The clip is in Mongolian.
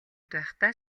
байхдаа